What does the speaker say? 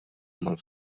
mal